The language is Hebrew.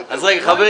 אבל יש הצעה לסדר.